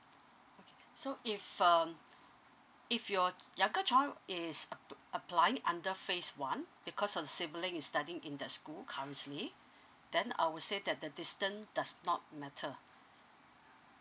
okay so if um if your younger child is app~ uh applying under phase one because of sibling is studying in that school currently then I would say that the distance does not matter